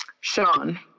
Sean